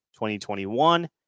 2021